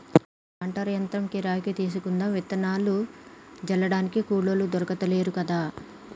planter యంత్రం కిరాయికి తీసుకుందాం విత్తనాలు జల్లడానికి కూలోళ్లు దొర్కుతలేరు కదా